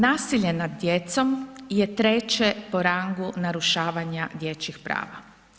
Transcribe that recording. Nasilje nad djecom je treće po rangu narušavanja dječjih prava.